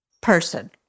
person